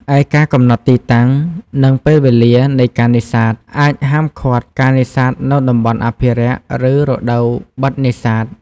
ឯ ការកំណត់ទីតាំង និងពេលវេលានៃការនេសាទ អាចហាមឃាត់ការនេសាទនៅតំបន់អភិរក្ស ឬនៅរដូវបិទនេសាទ។